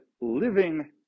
living